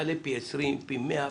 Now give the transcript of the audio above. שיעלה פי 20, פי 100,